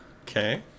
Okay